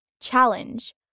Challenge